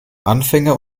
anfänger